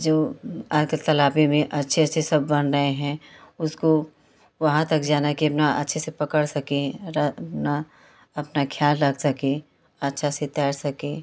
जो आकर तालाब में अच्छे अच्छे सब बन रहे हैं उसको वहाँ तक जाने के अपना अच्छे से पकड़ सकें रह अपना अपना ख्याल रख सके अच्छा से तैर सके